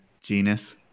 genus